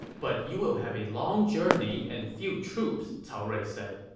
but you will have a long journey and few troops, cao rui said.